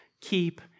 keep